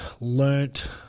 learnt